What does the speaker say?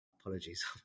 Apologies